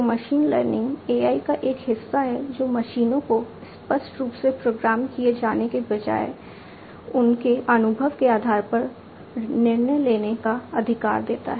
तो machine learning AI का एक हिस्सा है जो मशीनों को स्पष्ट रूप से प्रोग्राम किए जाने के बजाय उनके अनुभव के आधार पर निर्णय लेने का अधिकार देता है